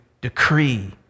decree